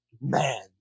man